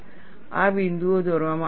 આ બિંદુઓ દોરવામાં આવે છે